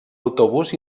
autobús